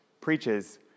preaches